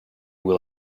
will